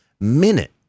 minute